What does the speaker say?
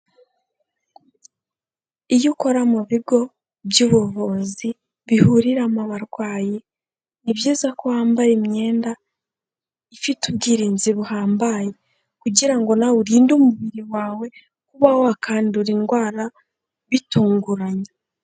Iyo ukora mu bigo by'ubuvuzi bihuriramo barwayi, ni byiza ko wambara imyenda ifite ubwirinzi buhambaye kugira ngo nawe urinde umubiri wawe kuba wakandura indwara bitunguranye.